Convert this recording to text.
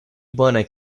bone